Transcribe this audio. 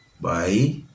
Bye